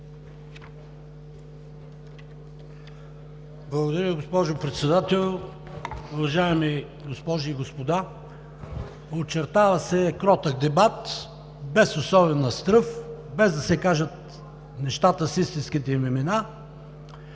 Благодаря Ви, госпожо Председател. Уважаеми госпожи и господа! Очертава се кротък дебат без особена стръв, без да се кажат нещата с истинските им имена